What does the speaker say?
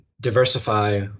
diversify